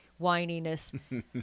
whininess